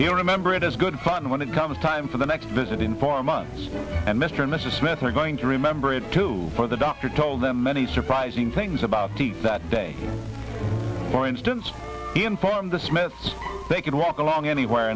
to remember it is good fun when it comes time for the next visit in four months and mr and mrs smith are going to remember it too for the dr told them many surprising things about the that day for instance he informed the smiths they could walk along anywhere